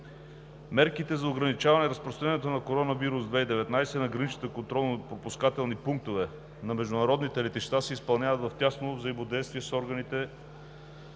Мерките за ограничаване разпространението на коронавирус 2019 на граничните контролно-пропускателни пунктове на международните летища се изпълняват в тясно взаимодействие между органите